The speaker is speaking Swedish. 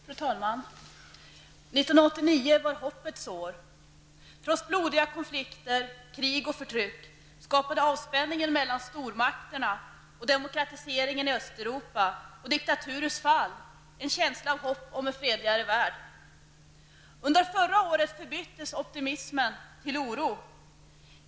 Fru talman! 1989 var hoppets år. Trots blodiga konflikter, krig och förtryck skapade avspänningen mellan stormakterna, demokratiseringen i Östeuropa och diktaturers fall en känsla av hopp om en fredligare värld. Under förra årets förbyttes optimismen i oro.